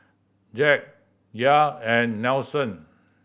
Zack Yair and Nelson